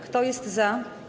Kto jest za?